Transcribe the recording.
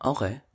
Okay